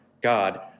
God